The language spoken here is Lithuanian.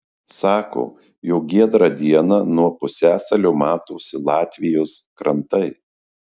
sako jog giedrą dieną nuo pusiasalio matosi latvijos krantai